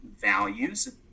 values